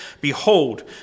Behold